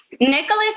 Nicholas